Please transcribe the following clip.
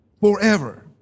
forever